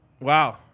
wow